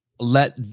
let